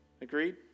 Agreed